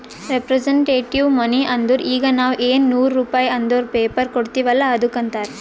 representative money ಅಂದುರ್ ಈಗ ನಾವ್ ಎನ್ ನೂರ್ ರುಪೇ ಅಂದುರ್ ಪೇಪರ್ ಕೊಡ್ತಿವ್ ಅಲ್ಲ ಅದ್ದುಕ್ ಅಂತಾರ್